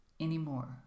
anymore